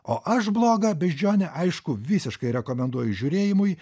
o aš blogą beždžionę aišku visiškai rekomenduoju žiūrėjimui